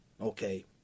Okay